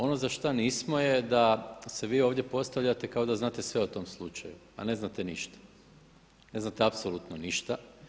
Ono za šta nismo je da se vi ovdje postavljate kao da znate sve o tom slučaju, a ne znate ništa, ne znate apsolutno ništa.